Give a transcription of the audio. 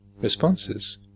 responses